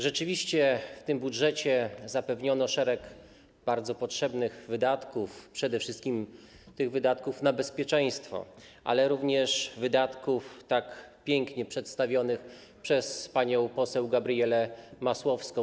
Rzeczywiście w tym budżecie zapewniono szereg bardzo potrzebnych wydatków, przede wszystkim wydatków na bezpieczeństwo, ale również wydatków tak pięknie przedstawionych przez panią poseł Gabrielę Masłowską.